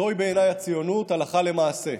זוהי בעיניי הציונות הלכה למעשה.